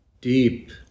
deep